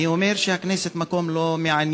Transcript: מי אומר שהכנסת מקום לא מעניין?